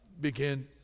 begin